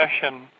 session